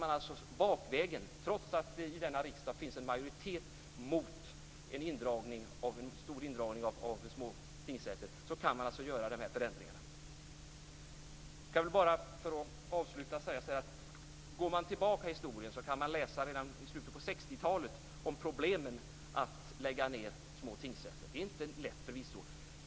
Då kan den bakvägen, trots att det i denna riksdag finns en majoritet mot en stor indragning av små tingsrätter, göra dessa förändringar. Om man går tillbaka i historien kunde man redan i slutet av 60-talet läsa om problemen med att lägga ned små tingsrätter. Det är förvisso inte lätt.